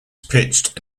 pitched